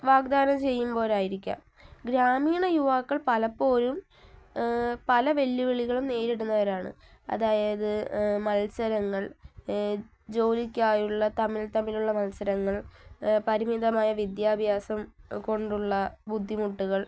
വാഗ്ദാനം ചെയ്യുമ്പോഴായിരിക്കാം ഗ്രാമീണ യുവാക്കൾ പലപ്പോഴും പല വെല്ലുവിളികളും നേരിടുന്നവരാണ് അതായത് മത്സരങ്ങൾ ജോലിക്കായുള്ള തമ്മിൽ തമ്മിലുള്ള മത്സരങ്ങൾ പരിമിതമായ വിദ്യാഭ്യാസം കൊണ്ടുള്ള ബുദ്ധിമുട്ടുകൾ